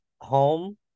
home